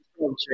Okay